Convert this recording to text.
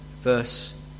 Verse